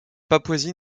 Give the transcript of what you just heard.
papouasie